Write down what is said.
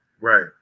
Right